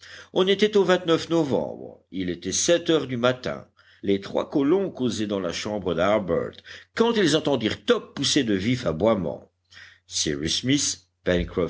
on était au novembre il était sept heures du matin les trois colons causaient dans la chambre d'harbert quand ils entendirent top pousser de vifs aboiements